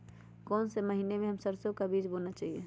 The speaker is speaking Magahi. कौन से महीने में हम सरसो का बीज बोना चाहिए?